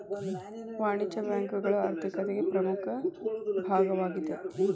ವಾಣಿಜ್ಯ ಬ್ಯಾಂಕುಗಳು ಆರ್ಥಿಕತಿಗೆ ಪ್ರಮುಖ ಭಾಗವಾಗೇದ